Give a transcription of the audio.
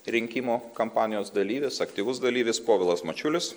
rinkimų kampanijos dalyvis aktyvus dalyvis povilas mačiulis